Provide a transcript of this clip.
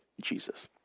Jesus